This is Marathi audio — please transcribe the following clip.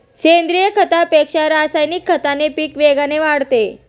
सेंद्रीय खतापेक्षा रासायनिक खताने पीक वेगाने वाढते